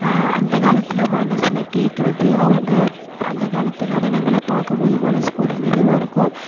அந்த காலத்தில் மனசில் கேட்குறது அவங்க அந்த காலத்து நடனங்களை பார்க்கும் போது மனதுக்கு ஒரு நிறைவாக இருக்கும்